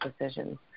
decisions